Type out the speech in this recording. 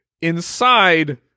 inside